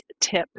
tip